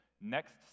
next